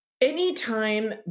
anytime